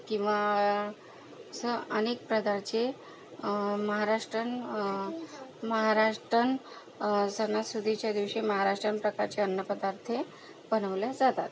किंवा असं अनेक प्रकारचे महाराष्ट्रीयन महाराष्ट्रीयन सनासुदीच्या दिवशी महाराष्ट्रीयन प्रकारचे अन्नपदार्थ बनवल्या जातात